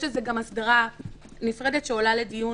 יש לזה גם הסדרה נפרדת שעולה לדיון